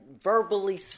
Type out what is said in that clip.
verbally